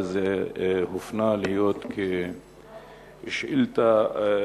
וזה הופנה להיות שאילתא דחופה.